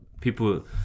people